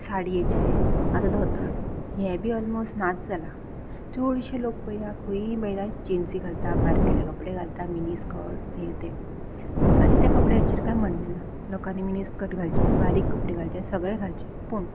साडयेचे आतां धोतर हें बी अलमोस्ट नाच जालां चडशे लोक पळया खंय म्हळ्या जिन्सी घालता बारकेले कपडे घालता मिनी स्कट्स हे ते म्हजें त्या कपड्यांचेर कांय म्हण्णें ना लोकांनी मिनी स्कट घालच्यो बारीक कपडे घालचे सगळें घालचें पूण